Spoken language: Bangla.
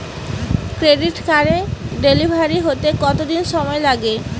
ক্রেডিট কার্ডের ডেলিভারি হতে কতদিন সময় লাগে?